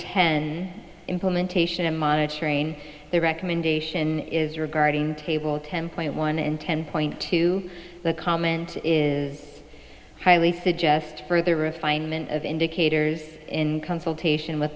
ten implementation and monitoring the recommendation is regarding table ten point one in ten point two the comment is highly suggest further refinement of indicators in consultation with